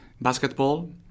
basketball